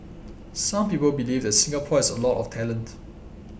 some people believe that Singapore has a lot of talent